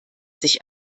sich